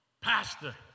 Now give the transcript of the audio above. Pastor